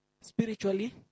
spiritually